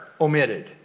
omitted